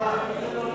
ההצעה להסיר